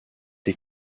les